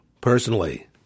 personally